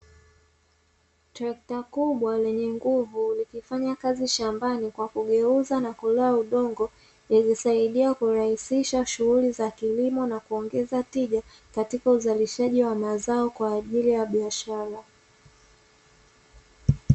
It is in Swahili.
Trekta kubwa lenye nguvu likifanya kazi shambani kwa kugeuza na kuloa udongo, likisaidia kurahisisha shughuli za kilimo na kuongeza tija katika uzalishaji wa mazao kwa ajili ya biashara.